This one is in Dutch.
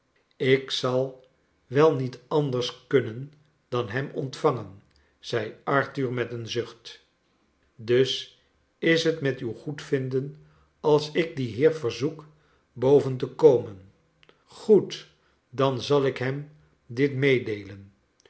ik zal wel niet ander s kunnen dan hem ontvangen zei arthur met een zucht dus is het met uw goedvinden als ik dien heer verzoek boven te komen goed dan zal ik hem dit meedeelen